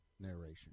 narration